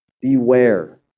beware